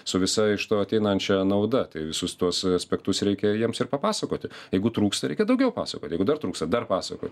su visa iš to ateinančią nauda tai visus tuos aspektus reikia jiems ir papasakoti jeigu trūksta reikia daugiau pasakoti jeigu dar trūksta dar pasakot